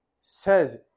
says